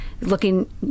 looking